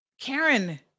Karen